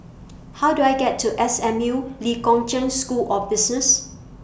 How Do I get to S M U Lee Kong Chian School of Business